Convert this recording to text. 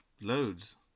loads